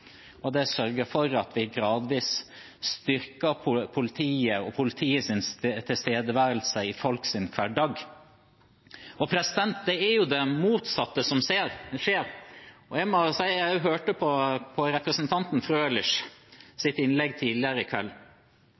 det er å sørge for at vi gradvis styrker politiet og politiets tilstedeværelse i folks hverdag. Det er jo det motsatte som skjer. Jeg hørte på representanten Frølichs innlegg tidligere i kveld,